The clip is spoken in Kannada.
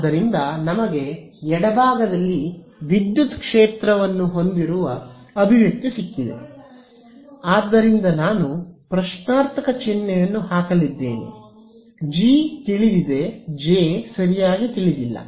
ಆದ್ದರಿಂದ ನಮಗೆ ಎಡಭಾಗದಲ್ಲಿ ವಿದ್ಯುತ್ ಕ್ಷೇತ್ರವನ್ನು ಹೊಂದಿರುವ ಅಭಿವ್ಯಕ್ತಿ ಸಿಕ್ಕಿದೆ ಆದ್ದರಿಂದ ನಾನು ಪ್ರಶ್ನಾರ್ಥಕ ಚಿಹ್ನೆಯನ್ನು ಹಾಕಲಿದ್ದೇನೆ ಜಿ ತಿಳಿದಿದೆ ಜೆ ಸರಿಯಾಗಿ ತಿಳಿದಿಲ್ಲ